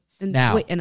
Now